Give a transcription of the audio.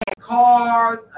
cars